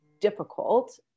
difficult